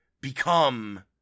become